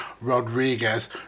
Rodriguez